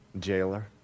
Jailer